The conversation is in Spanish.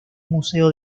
museo